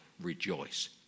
rejoice